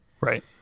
Right